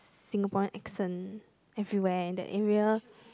Singaporean accent everywhere in that area